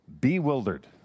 bewildered